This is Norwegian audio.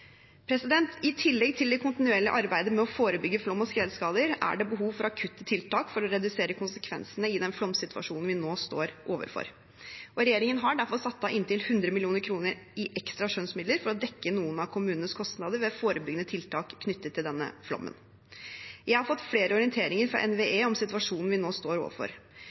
I tillegg til det kontinuerlige arbeidet med å forebygge flom og skredskader er det behov for akutte tiltak for å redusere konsekvensene i den flomsituasjonen som vi nå står overfor. Regjeringen har derfor satt av inntil 100 mill. kr i ekstra skjønnsmidler for å dekke noen av kommunenes kostnader ved forebyggende tiltak knyttet til denne flommen. Jeg har fått flere orienteringer fra NVE om situasjonen vi nå står overfor.